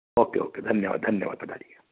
okay okay धन्यवाद धन्यवाद पधारिये